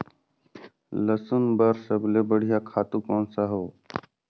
लसुन बार सबले बढ़िया खातु कोन सा हो?